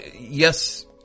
Yes